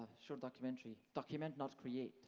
short documentary, document, not create.